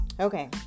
Okay